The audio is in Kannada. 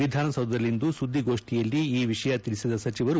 ವಿಧಾನಸೌಧದಲ್ಲಿಂದು ಸುದ್ದಿಗೋಡ್ಠಿಯಲ್ಲಿ ಈ ವಿಷಯ ತಿಳಿಸಿದ ಸಚಿವರು